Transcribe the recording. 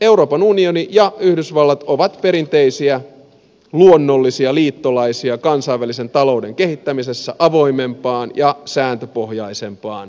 euroopan unioni ja yhdysvallat ovat perinteisiä luonnollisia liittolaisia kansainvälisen talouden kehittämisessä avoimempaan ja sääntöpohjaisempaan suuntaan